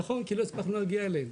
נכון, כי לא הספקנו להגיע אליהם.